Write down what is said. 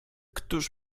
któż